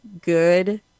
good